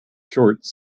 shorts